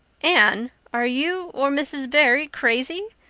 anne are you or mrs. barry crazy?